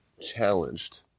challenged